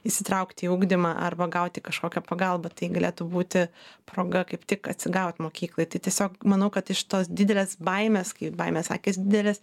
įsitraukti į ugdymą arba gauti kažkokią pagalbą tai galėtų būti proga kaip tik atsigaut mokyklai tai tiesiog manau kad iš tos didelės baimės kai baimės akys didelės